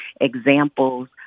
examples